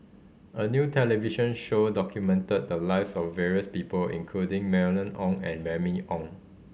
a new television show documented the lives of various people including Mylene Ong and Remy Ong